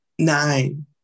nine